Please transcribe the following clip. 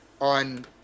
on